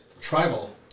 tribal